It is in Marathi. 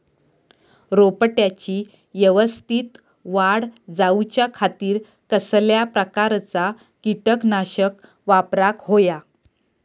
रोपट्याची यवस्तित वाढ जाऊच्या खातीर कसल्या प्रकारचा किटकनाशक वापराक होया?